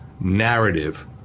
narrative